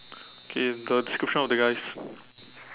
okay the description of the guy is